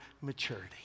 maturity